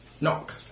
Knock